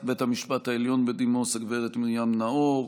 בית המשפט העליון בדימוס הגב' מרים נאור,